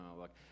look